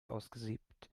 ausgesiebt